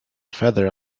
feather